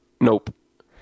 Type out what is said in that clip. Nope